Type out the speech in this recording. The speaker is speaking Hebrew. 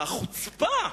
והחוצפה,